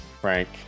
Frank